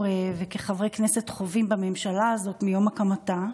וכחברי כנסת חווים בממשלה הזאת מיום הקמתה,